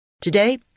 Today